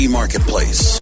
marketplace